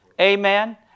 Amen